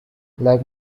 like